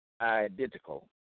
identical